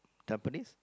Tampines